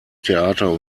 theater